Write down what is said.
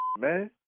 man